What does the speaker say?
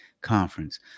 conference